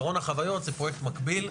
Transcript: קרון החוויות זה פרויקט מקביל,